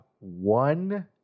one